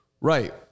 Right